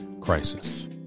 Crisis